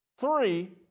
Three